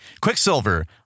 Quicksilver